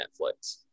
Netflix